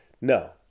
No